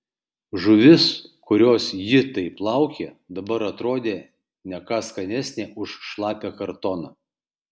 žuvis kurios ji taip laukė dabar atrodė ne ką skanesnė už šlapią kartoną